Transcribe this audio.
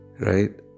Right